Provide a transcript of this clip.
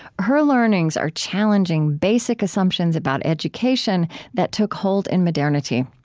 her learnings are challenging basic assumptions about education that took hold in modernity.